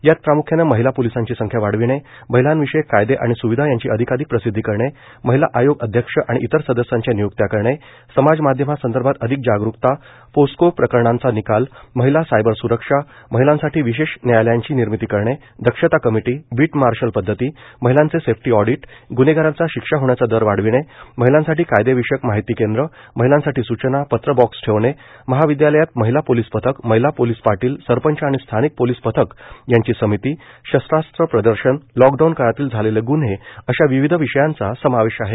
यात प्राम्ख्यानं महिला पोलीसांची संख्या वाढविणे महिलांविषयक कायदे आणि स्विधा यांची अधिकाधिक प्रसिद्वी करणे महिला आयोग अध्यक्ष आणि इतर सदस्यांच्या निय्क्त्या करणे समाज माध्यमा संदर्भात अधिक जागरूकता पोस्को प्रकरणांचा निकाल महिला सायबर स्रक्षा महिलांसाठी विशेष न्यायालयाची निर्मीती करणे दक्षता कमिटी बीट मार्शल पद्धती महिलांचे सेप्टी ऑडीट ग्न्हेगारांचा शिक्षा होण्याचा दर वाढविणे महिलांसाठी कायदे विषयक माहिती केंद्र महिलांसाठी सूचना पत्र बॉक्स ठेवणे महाविद्यालयात महिला पोलीस पथक महिला पोलीस पाटील सरपंच आणि स्थानिक पोलीस पथक यांची समिती शस्त्रास्त्र प्रदर्शन लॉकडाऊन काळातील झालेले गून्हे अशा विविध विषयांचा समावेश आहे